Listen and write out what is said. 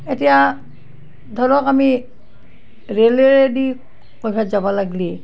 এতিয়া ধৰক আমি ৰেলেৰেদি কৰবাত যাব লাগিলে